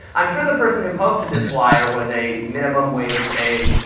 i'm sure the person who posted this flyer was a minimum wage paid,